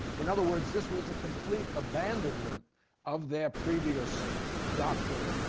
in other words, this was a complete abandonment of their previous doctrine,